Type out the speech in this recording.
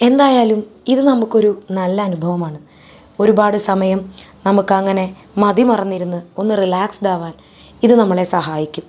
എന്തായാലും ഇത് നമുക്കൊരു നല്ല അനുഭവമാണ് ഒരുപാട് സമയം നമുക്ക് അങ്ങനെ മതിമറന്നിരുന്ന് ഒന്ന് റീലാക്സ്ഡ് ആവാൻ ഇത് നമ്മളെ സഹായിക്കും